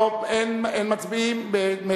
לא התקבל.